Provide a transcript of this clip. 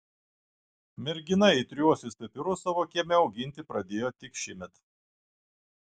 mergina aitriuosius pipirus savo kieme auginti pradėjo tik šįmet